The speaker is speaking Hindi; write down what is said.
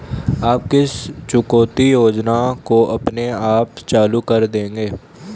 आप किस चुकौती योजना को अपने आप चालू कर देंगे?